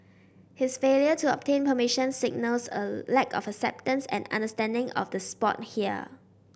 his failure to obtain permission signals a lack of acceptance and understanding of the sport here